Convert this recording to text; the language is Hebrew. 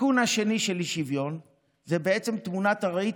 התיקון השני של האי-שוויון זה תמונת הראי,